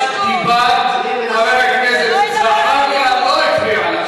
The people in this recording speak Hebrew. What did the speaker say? אתה לא רוצה לרדת לרמה שלנו אז אל,